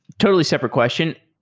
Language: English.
totally separate question.